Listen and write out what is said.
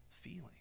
feeling